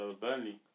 Burnley